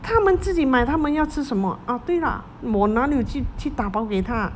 他们自己买他们要吃什么 ah ah 对 lah 我哪里有去去打包给他